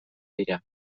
dira